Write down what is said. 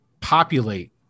populate